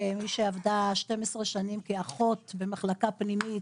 כמי שעבדה 12 שנים כאחות במחלקה פנימית,